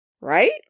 right